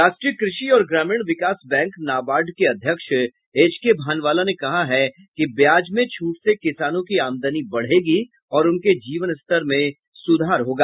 राष्ट्रीय कृषि और ग्रामीण विकास बैंक नाबार्ड के अध्यक्ष एचके भानवाला ने कहा है कि ब्याज में छूट से किसानों की आमदनी बढ़ेगी और उनके जीवन स्तर में सुधार होगा